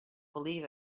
believe